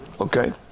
Okay